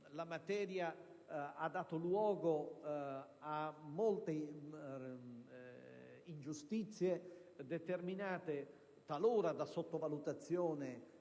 la materia ha dato luogo a molte ingiustizie, determinate talora da sottovalutazione